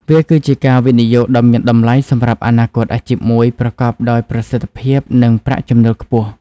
វាគឺជាការវិនិយោគដ៏មានតម្លៃសម្រាប់អនាគតអាជីពមួយប្រកបដោយស្ថិរភាពនិងប្រាក់ចំណូលខ្ពស់។